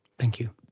thank you.